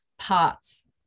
parts